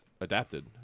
adapted